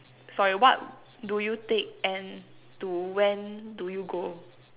sorry what do you take and to when do you go